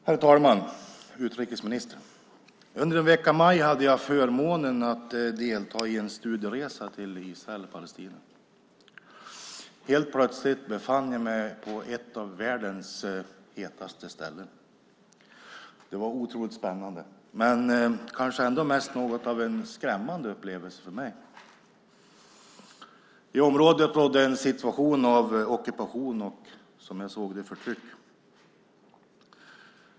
Herr talman! Utrikesministern! Under en vecka i maj hade jag förmånen att delta i en studieresa till Israel och Palestina. Helt plötsligt befann jag mig på ett av världens hetaste ställen. Det var otroligt spännande, men kanske ändå mest något av en skrämmande upplevelse för mig. I området rådde en situation av ockupation och, som jag såg det, förtryck.